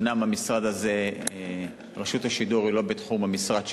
אומנם רשות השידור היא לא בתחום המשרד שלי,